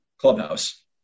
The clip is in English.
clubhouse